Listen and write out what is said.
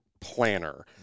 planner